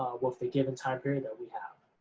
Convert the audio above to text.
with the given time period that we have.